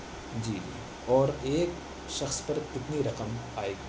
جی اور ایک شخص پر کتنی رقم آئے گی